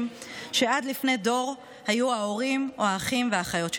שעד לפני דור היו ההורים או האחים והאחיות שלנו.